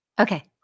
Okay